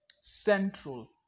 central